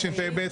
תשפ"ב 2022,